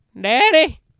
Daddy